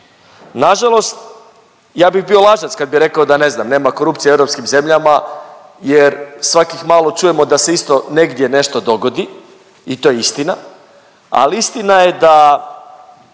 Nažalost, ja bi bio lažac kad bi rekao ne znam, nema korupcije u europskim zemljama jer svakih malo čujemo da se isto negdje nešto dogodi i to je istina, ali istina je da